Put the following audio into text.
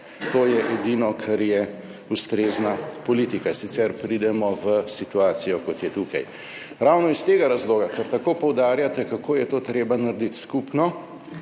To je edino, kar je ustrezna politika, sicer pridemo v situacijo, kot je tukaj. Ravno iz tega razloga, ker tako poudarjate, kako je to treba narediti skupno,